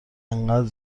اینقدر